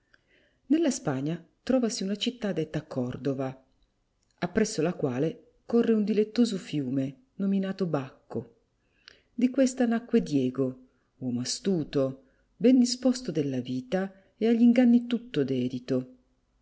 nella spagna trovasi una città detta cordova appresso la quale corre un dilettoso fiume nominato bacco di questa nacque diego uomo astuto ben disposto della vita e agli inganni tutto dedito